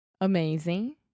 Amazing